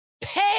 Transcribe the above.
Pay